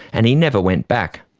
and he never went back.